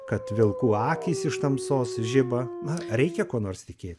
kad vilkų akys iš tamsos žiba na reikia kuo nors tikė